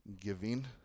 giving